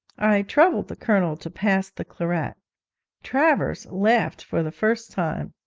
i troubled the colonel to pass the claret travers laughed for the first time.